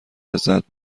لذت